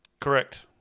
Correct